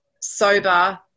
sober